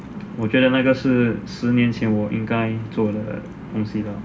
我觉得那个是十年前我应该做的东西 lah